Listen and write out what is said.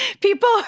People